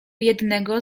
jednego